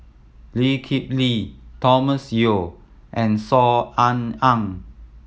Lee Kip Lee Thomas Yeo and Saw Ean Ang